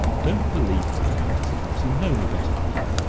don't believe him, darling, said horace you know me better than that.